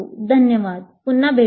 धन्यवाद आणि आम्ही पुन्हा भेटू